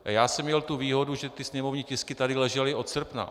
Já jsem měl tu výhodu, že ty sněmovní tisky tady ležely od srpna.